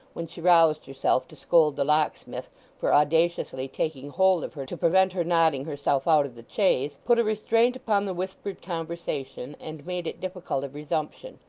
when she roused herself to scold the locksmith for audaciously taking hold of her to prevent her nodding herself out of the chaise, put a restraint upon the whispered conversation, and made it difficult of resumption.